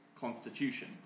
constitution